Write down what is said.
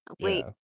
Wait